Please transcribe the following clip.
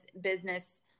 business